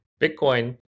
Bitcoin